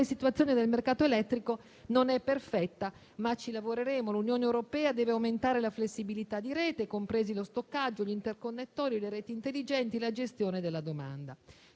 situazione del mercato elettrico non è perfetta, ma ci lavoreremo. L'Unione europea deve aumentare la flessibilità di rete, compresi lo stoccaggio, gli interconnettori, le reti intelligenti, la gestione della domanda.